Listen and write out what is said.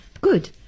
Good